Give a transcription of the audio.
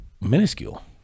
minuscule